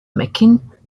mcclintock